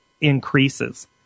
increases